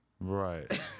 Right